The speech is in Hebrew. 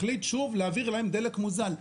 החליט שוב להעביר להם דלק מוזל.